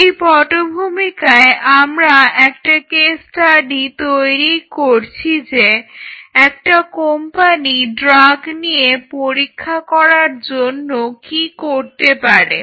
এই পটভূমিকায় আমরা একটা কেস স্টাডি তৈরি করছি যে একটা কোম্পানির ড্রাগ নিয়ে পরীক্ষা করার জন্য কি করতে পারে